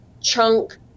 chunk